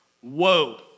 whoa